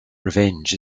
revenge